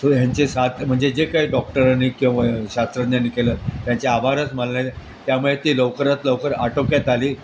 so ह्यांचे सात म्हणजे जे काही डॉक्टरांनी किंवा शस्त्रज्ञानी केलं त्यांचे आभारच मानले त्यामुळे ती लवकरात लवकर आटोक्यात आली